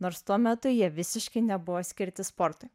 nors tuo metu jie visiškai nebuvo skirti sportui